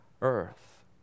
earth